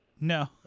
No